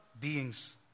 beings